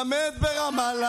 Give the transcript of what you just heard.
אני קורא אותך לסדר פעם שנייה.